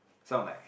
sound like